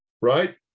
right